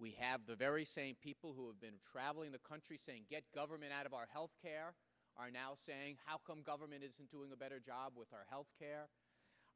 we have the very same people who have been traveling the country saying get government out of our health care are now saying how come government isn't doing a better job with our health care